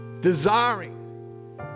desiring